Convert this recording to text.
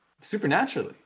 supernaturally